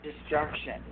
destruction